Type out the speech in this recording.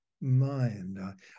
mind